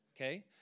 okay